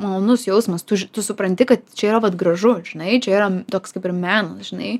malonus jausmas tu tu supranti kad čia yra vat gražu žinai čia yra toks kaip ir menas žinai